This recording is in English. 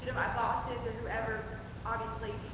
my boss or whoever obviously,